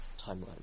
timeline